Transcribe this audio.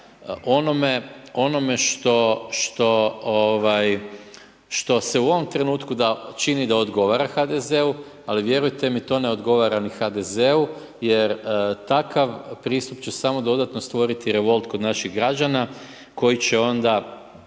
onome što se u ovom trenutku čini da odgovara HDZ-u, ali vjerujte mi to ne odgovara ni HDZ-u jer takav pristup će samo dodatno stvoriti revolt kod naših građana koji će onda